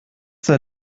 sei